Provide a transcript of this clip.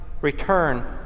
return